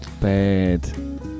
bad